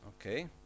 Okay